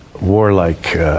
warlike